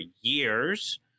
years